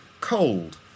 Cold